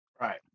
right